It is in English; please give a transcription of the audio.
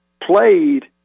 played